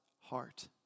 heart